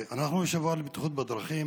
אנחנו בשבוע לבטיחות בדרכים,